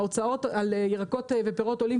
ההוצאות על ירקות ופירות עולים,